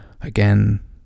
again